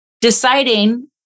deciding